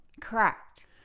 Correct